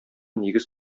нигез